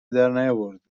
درنیاوردی